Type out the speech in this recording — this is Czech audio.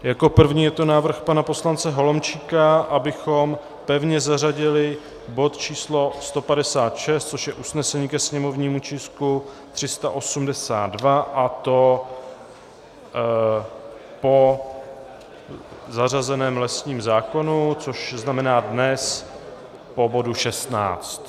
Jako první je tu návrh pana poslance Holomčíka, abychom pevně zařadili bod č. 156, což je usnesení ke sněmovnímu tisku 382, a to po zařazeném lesním zákonu, což znamená dnes po bodu 16.